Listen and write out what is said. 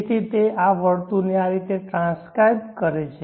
તેથી તે આ વર્તુળને આ રીતે ટ્રાન્સ્ક્રાઇબ કરે છે